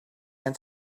was